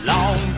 Long